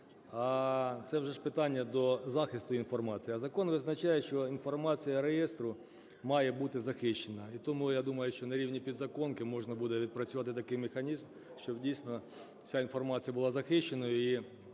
це вже ж питання до захисту інформації. А закон визначає, що інформація реєстру має бути захищена, і тому, я думаю, що на рівні підзаконки можна буде відпрацювати такий механізм, щоб дійсно ця інформація була захищеною